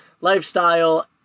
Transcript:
lifestyle